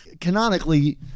Canonically